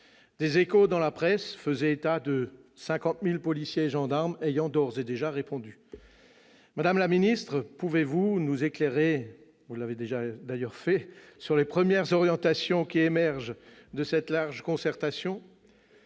Des échos dans la presse faisaient état de 50 000 policiers et gendarmes qui auraient d'ores et déjà répondu. Madame la ministre, pouvez-vous nous éclairer sur les premières orientations qui émergent de cette large consultation ?